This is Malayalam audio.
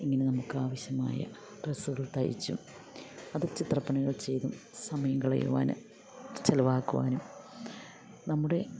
ഇങ്ങനെ നമുക്കാവശ്യമായ ഡ്രസ്സുകൾ തയ്ച്ചും അത് ചിത്രപ്പണികൾ ചെയ്തും സമയം കളയുവാൻ ചിലവാക്കുവാനും നമ്മുടെ